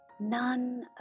None